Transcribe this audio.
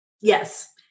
Yes